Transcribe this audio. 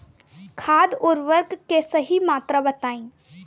खाद उर्वरक के सही मात्रा बताई?